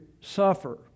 suffer